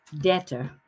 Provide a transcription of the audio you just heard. debtor